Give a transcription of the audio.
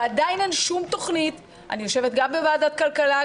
ועדיין אין שום תוכנית אני יושבת גם בוועדת הכלכלה,